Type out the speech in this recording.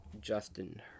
Justin